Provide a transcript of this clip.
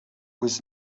was